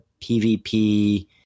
PvP